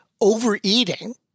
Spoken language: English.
overeating